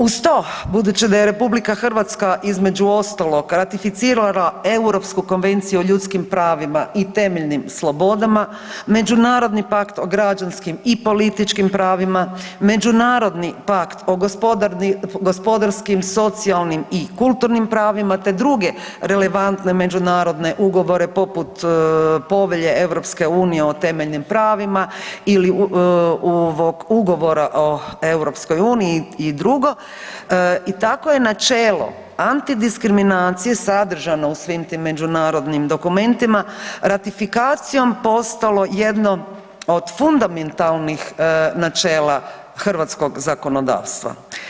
Uz to, budući da je RH između ostalog ratificirala Europsku konvenciju o ljudskim pravima i temeljnim slobodama, Međunarodni pakt o građanskim i političkim pravima, Međunarodni pakt o gospodarskim, socijalnim i kulturnim pravima, te druge relevantne međunarodne ugovore poput Povelje EU o temeljnim pravima ili Ugovora o EU i drugo i tako je načelo antidiskriminacije sadržano u svim tim međunarodnim dokumentima ratifikacijom postalo jedno od fundamentalnih načela hrvatskog zakonodavstva.